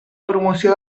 promoció